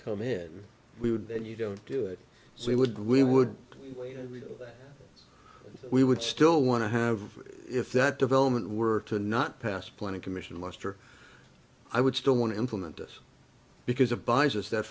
come in we would then you don't do it so we would we would be we would still want to have if that development were to not pass planning commission muster i would still want to implement this because of buys us that